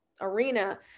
arena